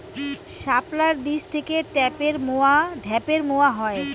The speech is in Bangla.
শাপলার বীজ থেকে ঢ্যাপের মোয়া হয়?